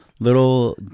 Little